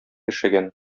яшәгән